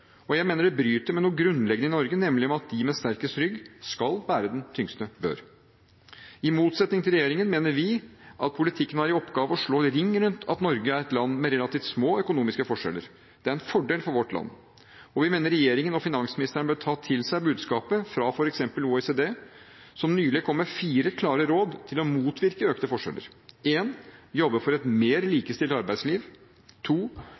Jeg mener det bryter med noe grunnleggende i Norge, nemlig at det er de med sterkest rygg som skal bære den tyngste bør. I motsetning til regjeringen mener vi at politikkens oppgave er å slå ring rundt at Norge er et land med relativt små økonomiske forskjeller. Det er en fordel for vårt land. Og vi mener regjeringen og finansministeren bør ta til seg budskapet fra for eksempel OECD, som nylig kom med fire klare råd for å motvirke økte forskjeller: jobbe for et mer likestilt arbeidsliv